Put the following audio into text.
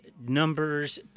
numbers